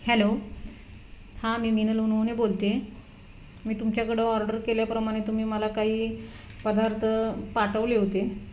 hello हां मी मीनल उनउने बोलते मी तुमच्याकडं ऑर्डर केल्याप्रमाणे तुम्ही मला काही पदार्थ पाठवले होते